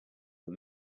can